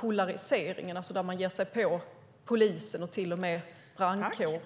polariseringen. Man ger sig nu på polisen och till och med brandkåren.